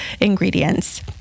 ingredients